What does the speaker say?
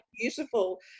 beautiful